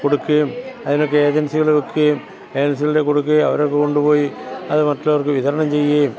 കൊടുക്കുകയും അതിനൊക്കെ ഏജന്സികളെ വെക്കുകയും ഏജന്സികളുടെ കൊടുക്കുകയും അവരപ്പം കൊണ്ടുപോയി അത് മറ്റുള്ളവര്ക്ക് വിതരണം ചെയ്യുകയും